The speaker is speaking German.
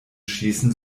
schießen